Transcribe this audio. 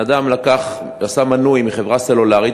בן-אדם עשה מנוי בחברה סלולרית,